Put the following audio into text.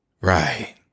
right